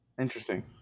Interesting